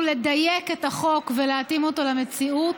לדייק את החוק ולהתאים אותו למציאות.